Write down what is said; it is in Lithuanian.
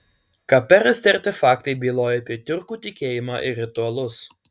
kape rasti artefaktai byloja apie tiurkų tikėjimą ir ritualus